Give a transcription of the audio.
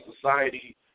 society